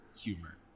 humor